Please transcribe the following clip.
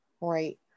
right